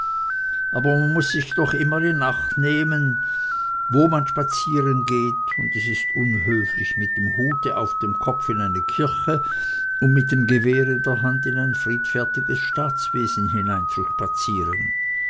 aber man muß sich doch immer in acht nehmen wo man spazierengeht und es ist unhöflich mit dem hut auf dem kopf in eine kirche und mit dem gewehr in der hand in ein friedfertiges staatswesen